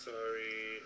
Sorry